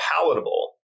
palatable